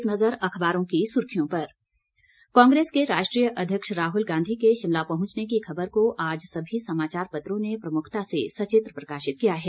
एक नज़र अखबारों की सुर्खियों पर कांग्रेस के राष्ट्रीय अध्यक्ष राहुल गांधी के शिमला पहुंचने की खबर को आज सभी समाचार पत्रों ने प्रमुखता से सचित्र प्रकाशित किया है